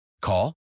Call